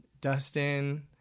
Dustin